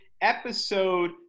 episode